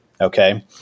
Okay